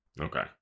Okay